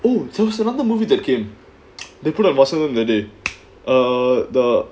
oh so another movie that came they put up them the day or the